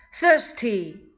Thirsty